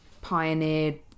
pioneered